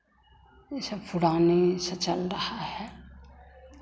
ये सब पुराने से चल रहा है